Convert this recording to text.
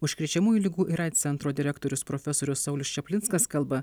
užkrečiamųjų ligų ir aids centro direktorius profesorius saulius čaplinskas kalba